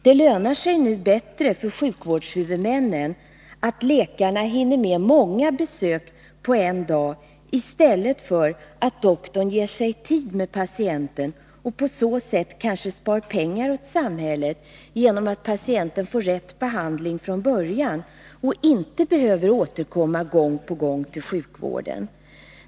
Det lönar sig bättre för sjukvårdshuvudmännen att läkarna hinner med många besök på en dag än att doktorn ger sig tid med patienten, även om han på så sätt kanske spar pengar åt samhället genom att patienten får rätt behandling från början och inte behöver återkomma gång på gång till sjukvården.